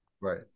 Right